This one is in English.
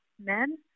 men